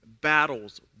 battles